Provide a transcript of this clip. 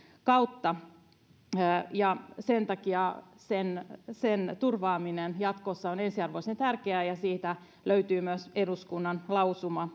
kautta sen takia sen sen turvaaminen jatkossa on ensiarvoisen tärkeää ja siitä asiasta löytyy myös eduskunnan lausuma